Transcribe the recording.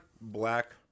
black